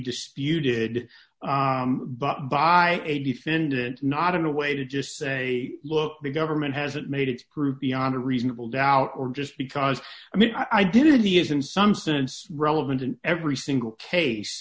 disputed but by a defendant not in a way to just say look the government hasn't made it's proof beyond a reasonable doubt or just because i mean i didn't have the is in some sense relevant in every single case